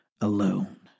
alone